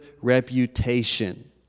reputation